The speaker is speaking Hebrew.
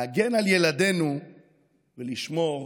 להגן על ילדינו ולשמור